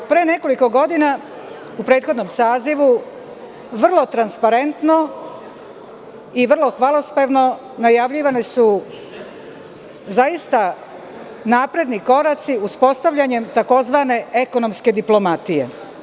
Pre nekoliko godina u prethodnom sazivu vrlo transparentno i vrlo hvalospevno najavljivani su zaista napredni koraci uspostavljanjem tzv. ekonomske diplomatije.